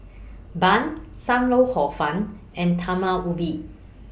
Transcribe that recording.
Bun SAM Lau Hor Fun and Talam Ubi